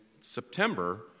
September